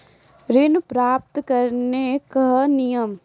ऋण प्राप्त करने कख नियम?